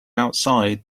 outside